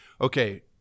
okay